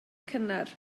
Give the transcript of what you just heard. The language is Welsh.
cynnar